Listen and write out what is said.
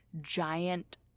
giant